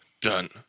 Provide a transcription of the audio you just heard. done